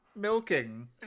milking